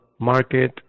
market